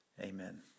Amen